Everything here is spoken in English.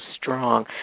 strong